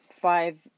five